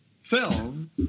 film